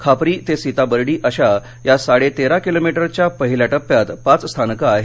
खापरी ते सीताबर्डी अशा या साडे तेरा किलोमीटरच्या पहिल्या टप्प्यात पाच स्थानकं आहेत